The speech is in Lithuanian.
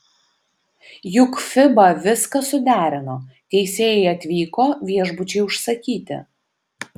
juk fiba viską suderino teisėjai atvyko viešbučiai užsakyti